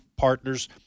partners